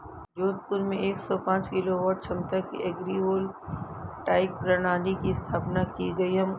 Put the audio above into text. जोधपुर में एक सौ पांच किलोवाट क्षमता की एग्री वोल्टाइक प्रणाली की स्थापना की गयी